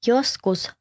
Joskus